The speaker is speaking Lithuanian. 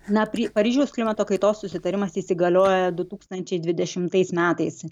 na pri paryžiaus klimato kaitos susitarimas įsigalioja du tūkstančiai dvidešimtais metais